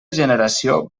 generació